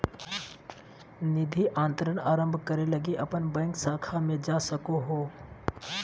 निधि अंतरण आरंभ करे लगी अपन बैंक शाखा में भी जा सको हो